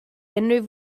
unrhyw